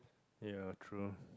ya true